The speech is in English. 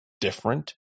different